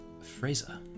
fraser